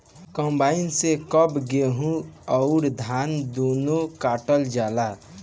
combine से अब गेहूं अउर धान दूनो काटल जाला